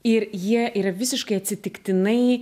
ir jie yra visiškai atsitiktinai